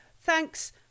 thanks